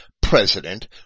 president